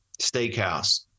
steakhouse